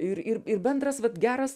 ir ir ir bendras vat geras